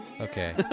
Okay